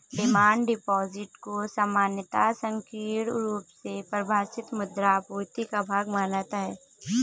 demand deposit को सामान्यतः संकीर्ण रुप से परिभाषित मुद्रा आपूर्ति का भाग माना जाता है